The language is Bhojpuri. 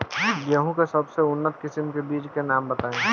गेहूं के सबसे उन्नत किस्म के बिज के नाम बताई?